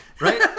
right